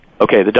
Okay